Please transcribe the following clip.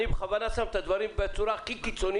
אני מניח שזה יקרה ממש בשבוע או בשבועיים